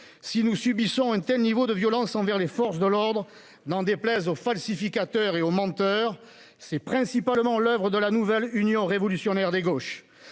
si nous subissons un tel niveau de violence envers les forces de l'ordre, n'en déplaise aux falsificateurs et aux menteurs, c'est principalement l'oeuvre de la nouvelle union révolutionnaire des gauches,